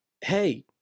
hey